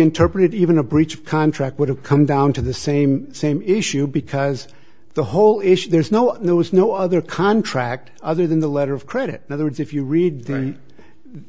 interpreted even a breach of contract would have come down to the same same issue because the whole issue there is no there was no other contract other than the letter of credit other words if you read the